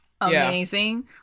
amazing